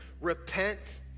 Repent